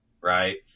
Right